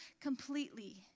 completely